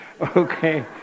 Okay